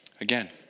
Again